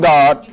God